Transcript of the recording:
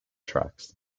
tracks